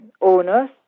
owners